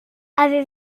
avez